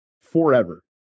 forever